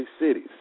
cities